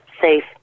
safe